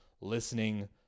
listening